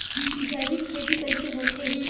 जैविक खेती कइसे होथे?